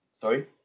sorry